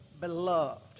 beloved